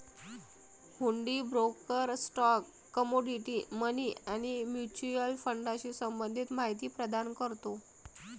हुंडी broker stock, commodity, money आणि mutual फंडाशी संबंधित माहिती प्रदान करतो